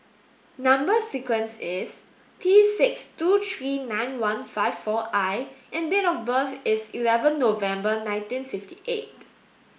number sequence is T six two three nine one five four I and date of birth is eleven November nineteen fifty eight